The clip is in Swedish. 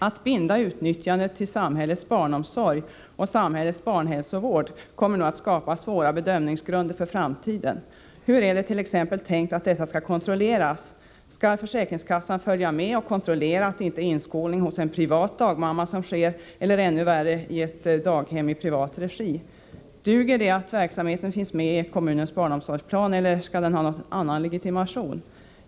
Att binda utnyttjandet till samhällets barnomsorg och samhällets barnhälsovård kommer nog att skapa svåra bedömningsgrunder för framtiden. Hur är det t.ex. tänkt att detta skall kontrolleras? Skall försäkringskassa följa med och kontrollera att det inte är inskolning hos en privat dagmamma som sker eller, ännu värre, att det gäller ett daghem i privat regi? Duger det att verksamheten finns med i kommunens barnomsorgsplan, eller skall den ha någon annan legitimation?